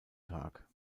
tag